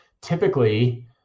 typically